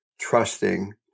trusting